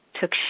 took